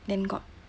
then got